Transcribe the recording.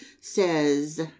says